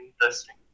interesting